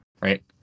right